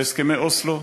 בהסכמי אוסלו,